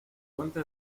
fuente